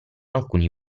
alcuni